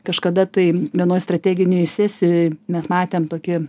kažkada tai vienoj strateginėj sesijoj mes matėm tokį